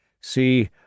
See